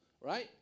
right